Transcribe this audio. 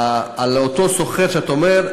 על אותו שוכר שאתה אומר,